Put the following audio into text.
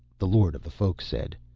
the lord of the folk said.